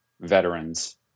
veterans